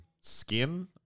Skin